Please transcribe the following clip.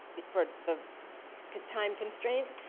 for the time constraints.